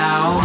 Now